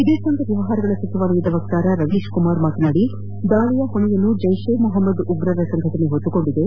ವಿದೇಶಾಂಗ ವ್ಯವಹಾರಗಳ ಸಚಿವಾಲಯದ ವಕ್ತಾರ ರವೀಶ್ ಕುಮಾರ್ ಮಾತನಾಡಿ ದಾಳಯ ಹೊಣೆಯನ್ನು ಜೈಷ್ ಇ ಮೊಹಮ್ಮದ್ ಉಗ್ರ ಸಂಘಟನೆ ಹೊತ್ತುಕೊಂಡಿದೆ